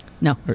No